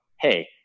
hey